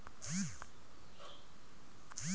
Loan लेवब खातिर guarantor जरूरी हाउ का?